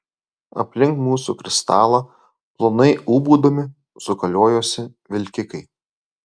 aplink mūsų kristalą plonai ūbaudami sukaliojosi vilkikai